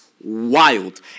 wild